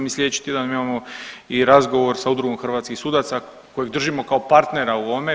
Mi sljedeći tjedan imamo i razgovor sa Udrugom hrvatskih sudaca kojeg držimo kao partnera u ovome.